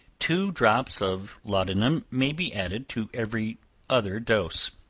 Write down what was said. two drops of laudanum may be added to every other dose.